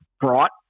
brought